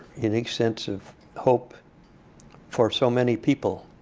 unique sense of hope for so many people.